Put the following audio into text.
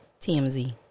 TMZ